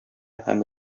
һәм